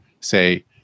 say